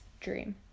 Dream